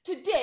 Today